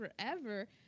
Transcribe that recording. forever